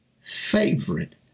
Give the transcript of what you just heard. favorite